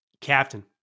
Captain